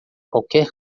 qualquer